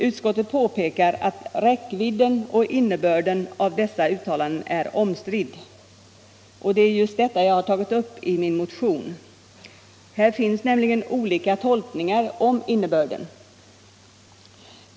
Utskottet påpekar att räckvidden och innebörden av dessa ut talanden är omstridda. Det är just detta jag har tagit upp i min motion. Här finns nämligen olika tolkningar av innebörden.